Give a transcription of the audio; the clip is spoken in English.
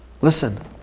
Listen